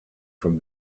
from